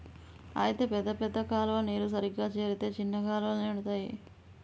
అయితే పెద్ద పెద్ద కాలువ నీరు సరిగా చేరితే చిన్న కాలువలు నిండుతాయి